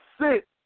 sit